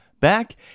Back